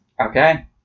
Okay